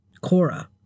Cora